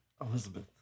Elizabeth